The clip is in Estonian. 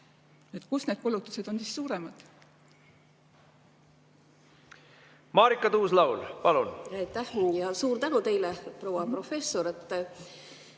kus need kulutused on siis suuremad?